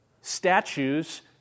statues